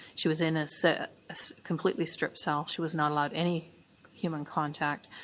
she was in a so completely stripped cell, she was not allowed any human contact,